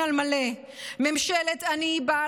ממשלת "ימין על